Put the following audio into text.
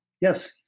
Yes